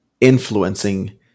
influencing